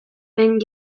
den